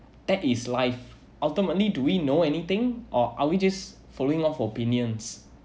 that is life ultimately do we know anything or are we just following of opinions